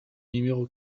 numéro